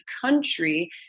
country